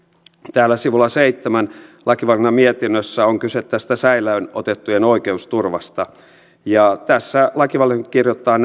täällä sivulla seitsemän lakivaliokunnan mietinnössä on kyse tästä säilöön otettujen oikeusturvasta ja tässä lakivaliokunta kirjoittaa